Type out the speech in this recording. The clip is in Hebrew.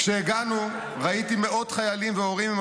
"כשהגענו ראיתי מאות חיילים והורים עם